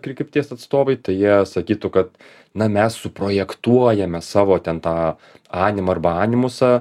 kry krypties atstovai tai jie sakytų kad na mes suprojektuojame savo ten tą animą arba animusą